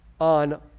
on